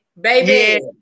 baby